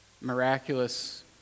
miraculous